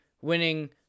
Winning